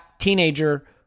teenager